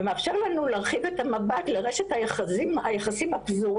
ומאפשר לנו להרחיב את המבט לרשת היחסים הפזורים